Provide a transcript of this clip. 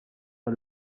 par